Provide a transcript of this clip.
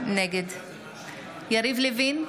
נגד יריב לוין,